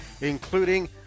including